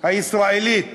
הישראלית